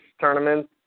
tournaments